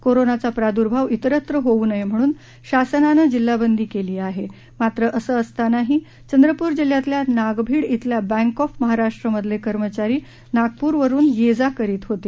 कोरोनाचा प्रादुर्भाव इतरत्र होऊ नये म्हणून शासनाने जिल्हाबंदी केली आहे मात्र असं असतानाही चंद्रपूर जिल्ह्यातल्या नागभीड इथल्या बँक ऑफ महाराष्ट्रमधले कर्मचारी नागप्र वरून ये जा करीत होते